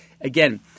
Again